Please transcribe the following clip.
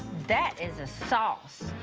that is a sauce.